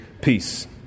peace